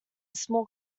small